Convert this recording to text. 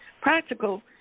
practical